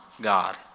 God